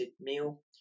meal